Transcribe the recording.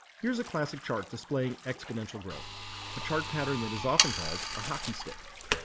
here's a classic chart displaying exponential growth a chart pattern that is often called a hockey stick.